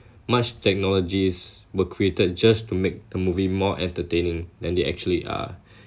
much technologies were created just to make the movie more entertaining than they actually